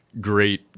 great